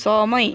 समय